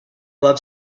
love